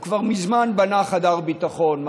הוא כבר מזמן בנה חדר ביטחון,